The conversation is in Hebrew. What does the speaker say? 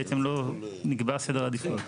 בעצם לא נקבע סדר עדיפויות.